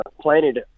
planted